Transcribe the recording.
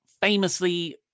famously